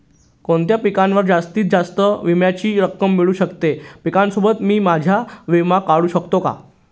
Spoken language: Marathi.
कोणत्या पिकावर जास्तीत जास्त विम्याची रक्कम मिळू शकते? पिकासोबत मी माझा विमा काढू शकतो का?